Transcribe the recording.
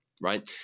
right